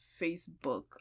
Facebook